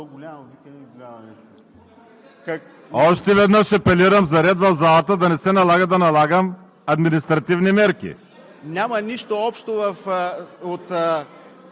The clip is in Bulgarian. Още веднъж апелирам за ред в залата, за да не се налага да налагам административни мерки!